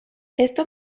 esto